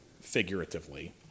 figuratively